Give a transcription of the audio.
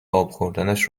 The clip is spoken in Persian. آبخوردنش